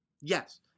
Yes